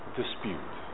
dispute